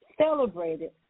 celebrated